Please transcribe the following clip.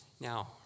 Now